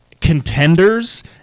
contenders